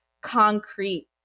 concrete